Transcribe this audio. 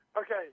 Okay